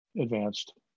advanced